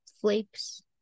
flakes